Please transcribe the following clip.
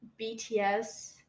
BTS